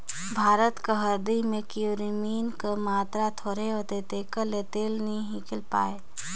भारत कर हरदी में करक्यूमिन कर मातरा थोरहें होथे तेकर ले तेल नी हिंकेल पाए